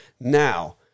Now